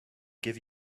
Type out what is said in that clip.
give